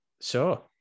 Sure